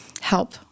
help